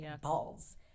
balls